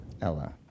Ella